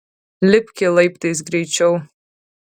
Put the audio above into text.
lipki laiptais greičiau